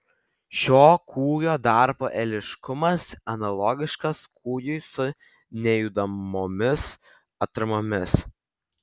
šio kūjo darbo eiliškumas analogiškas kūjui su nejudamomis atramomis